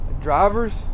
drivers